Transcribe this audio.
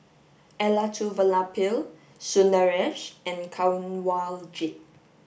Elattuvalapil Sundaresh and Kanwaljit